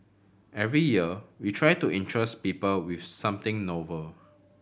every year we try to interest people with something novel